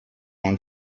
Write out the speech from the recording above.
und